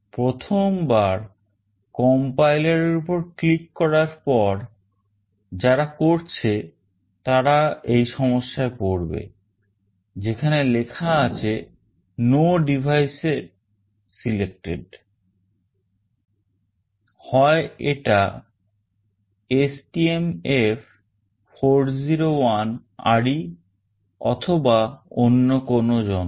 প্রথমবার compiler এর উপর click করার পর যারা করছে তারা এই সমস্যায় পড়বে যেখানে লেখা আছে No Device Selected হয় এটা STMF401RE অথবা অন্য কোন যন্ত্র